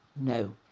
no